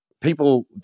people